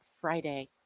Friday